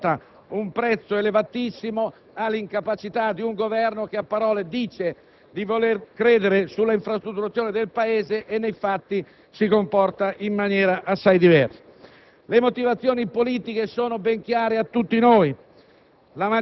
Il Nord evoluto pagherà ancora una volta un prezzo elevatissimo per l'incapacità di un Governo che a parole dice di voler credere sull'infrastrutturazione del Paese e nei fatti si comporta in maniera assai diversa.